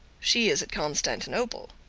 she is at constantinople.